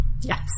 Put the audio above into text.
Yes